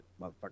motherfucker